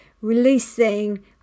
releasing